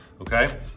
okay